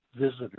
visitors